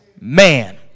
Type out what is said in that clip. man